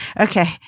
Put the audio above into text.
Okay